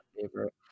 favorite